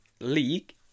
league